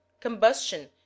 Combustion